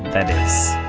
that is